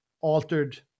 altered